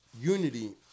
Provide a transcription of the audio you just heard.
unity